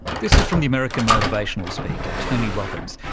this is from the american motivational speaker tony robbins,